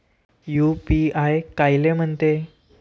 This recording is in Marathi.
यू.पी.आय कायले म्हनते?